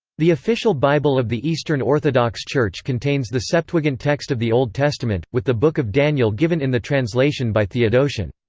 the official bible of the eastern orthodox church contains the septuagint text of the old testament, with the book of daniel given in the translation by theodotion.